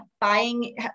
buying